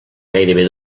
gairebé